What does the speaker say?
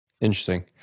Interesting